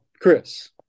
Chris